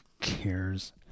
cares